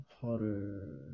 hotter